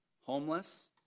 homeless